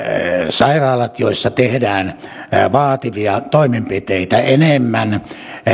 sairaalat joissa tehdään vaativia toimenpiteitä enemmän